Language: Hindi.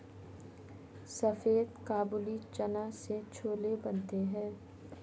सफेद काबुली चना से छोले बनते हैं